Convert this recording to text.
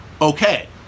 okay